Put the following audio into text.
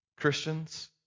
Christians